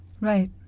Right